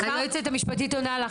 היועצת המשפטית עונה לך.